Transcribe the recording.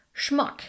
Schmuck